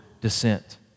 descent